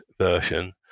version